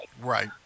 Right